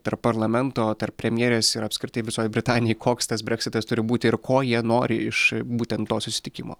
tarp parlamento tarp premjerės ir apskritai visoj britanijoj koks tas breksitas turi būti ir ko jie nori iš būtent to susitikimo